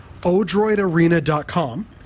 odroidarena.com